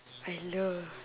I love